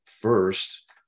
first